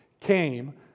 came